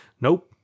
Nope